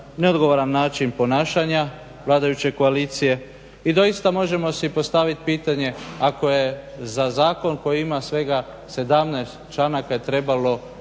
neodgovoran način ponašanja vladajuće koalicije. I doista možemo si postavit pitanje ako je za zakon koji ima svega 17 članaka je trebalo